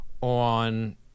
on